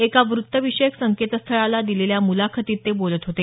एका वृत्त विषयक संकेतस्थळाला दिलेल्या मुलाखतीत ते बोलत होते